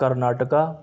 Karnataka